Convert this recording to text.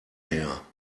her